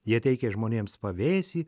jie teikė žmonėms pavėsį